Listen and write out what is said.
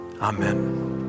Amen